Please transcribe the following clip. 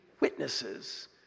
witnesses